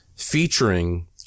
Featuring